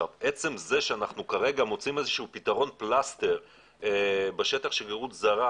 עצם זה שאנחנו כרגע מוצאים איזה שהוא פתרון פלסטר בשטח של שגרירות זרה,